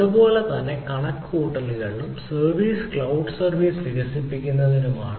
അതുപോലെ ഇത് കണക്കുകൂട്ടലിനും സർവീസ് ക്ലൌഡ് സർവീസ് വികസിപ്പിക്കുന്നതിനുമാണ്